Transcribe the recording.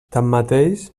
tanmateix